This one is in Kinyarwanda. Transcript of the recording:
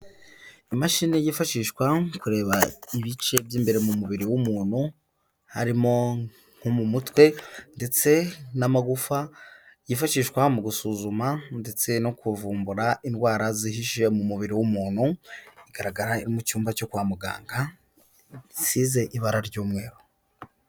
Imashini yifashishwa mu kureba ibice by'imbere mu mubiri w'umuntu, harimo nko mu mutwe ndetse n'amagufa, yifashishwa mu gusuzuma ndetse no kuvumbura indwara zihishe mu mubiri w'umuntu, igaragara mu cyumba cyo kwa muganga gisize ibara ry'umweru.